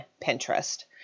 Pinterest